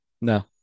No